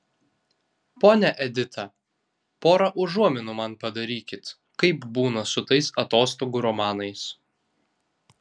ponia edita pora užuominų man padarykit kaip būna su tais atostogų romanais